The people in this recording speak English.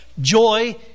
joy